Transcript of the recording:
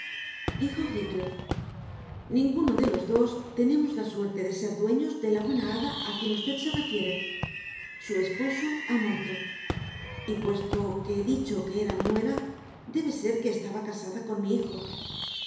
dijo heathcliff ninguno de los dos tenemos la suerte de ser dueños de la buena hada a quien usted se refiere su esposo ha muerto y puesto que he dicho que era mi nuera debe ser que estaba casada con mi hijo